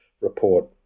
report